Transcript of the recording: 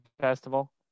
festival